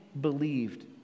believed